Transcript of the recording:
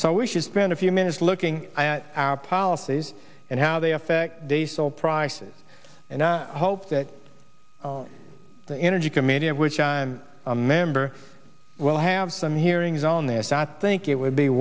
so we should spend a few minutes looking at our policies and how they affect diesel prices and i hope that the energy committee of which i am a member will have some hearings on this i think it will be